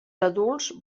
adults